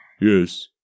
Yes